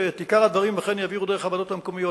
שאת עיקר הדברים אכן יעבירו דרך הוועדות המקומיות,